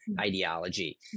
ideology